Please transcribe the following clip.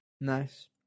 nice